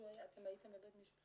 אתם הייתם בבית משפט?